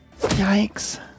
Yikes